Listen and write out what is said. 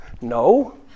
No